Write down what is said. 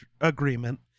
agreement